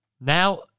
now